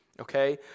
okay